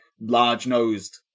large-nosed